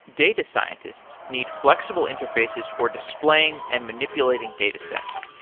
data scientists need flexible interfaces for displaying and manipulating datasets.